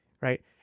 right